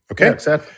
okay